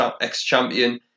ex-champion